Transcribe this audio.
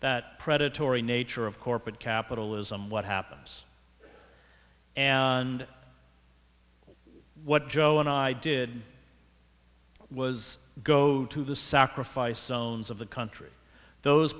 that predatory nature of corporate capitalism what happens and what joe and i did was go to the sacrifice owns of the country those